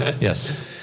Yes